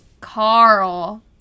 Carl